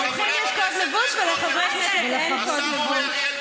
לאורחים יש קוד לבוש ולחברי כנסת אין קוד לבוש.